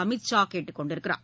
அமித் ஷா கேட்டுக் கொண்டுள்ளார்